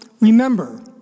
remember